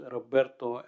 Roberto